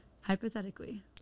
Hypothetically